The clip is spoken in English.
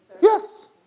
Yes